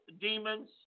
demons